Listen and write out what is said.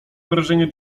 wrażenie